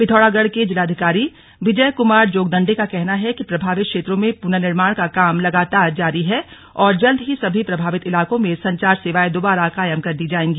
पिथौरागढ़ के जिलाधिकारी विजय कुमार जोगदंडे का कहना हैं की प्रभावित क्षेत्रों में पुनर्निर्माण का काम लगातार जारी हैं और जल्द ही सभी प्रभावित इलाकों में संचार सेवाएं दोबारा कायम कर दी जाएगी